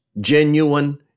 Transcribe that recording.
genuine